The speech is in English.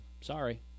Sorry